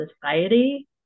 society